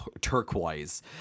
turquoise